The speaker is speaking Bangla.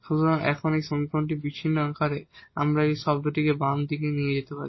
সুতরাং এখন এই সমীকরণটি বিচ্ছিন্ন আকারে আমরা এই শব্দটিকে বাম দিকে নিয়ে যেতে পারি